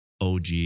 OG